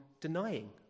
denying